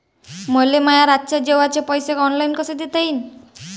मले माया रातचे जेवाचे पैसे ऑनलाईन कसे देता येईन?